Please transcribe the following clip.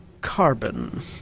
carbon